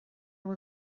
bhur